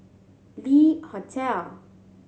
Le Hotel